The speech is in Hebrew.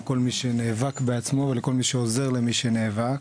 לכל מי שנאבק בעצמו, ולכל מי שעוזר למי שנאבק.